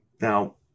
Now